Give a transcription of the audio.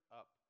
up